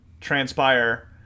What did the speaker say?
transpire